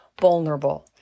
vulnerable